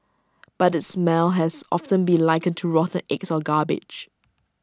but its smell has often been likened to rotten eggs or garbage